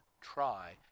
try